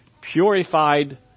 purified